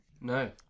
No